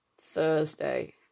Thursday